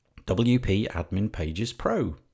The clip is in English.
wp-admin-pages-pro